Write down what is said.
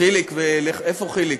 חיליק, איפה חיליק?